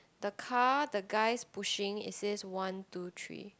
the car the guys pushing it says one two three